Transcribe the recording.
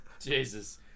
Jesus